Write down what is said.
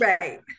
right